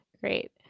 Great